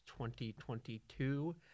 2022